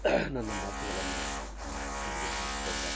ನನ್ನ ಮಾತುಗಳನ್ನು ಇಲ್ಲಿಗೆ ನಿಲ್ಲಿಸ್ಬೌದಾ